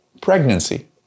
pregnancy